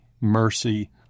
mercy